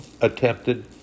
attempted